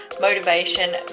motivation